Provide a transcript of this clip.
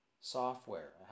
software